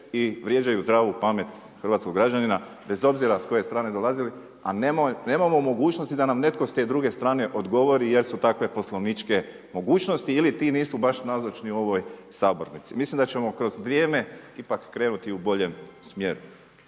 i vrijeđaju zdravu pamet hrvatskog građanina, bez obzira s koje strane dolazili, a nemamo mogućnosti da nam netko s te druge strane odgovori jel su takve poslovničke mogućnosti ili ti nisu baš nazočni u ovoj sabornici. Mislim da ćemo kroz vrijeme ipak krenuti u boljem smjeru.